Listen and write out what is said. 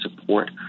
support